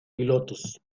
pilotos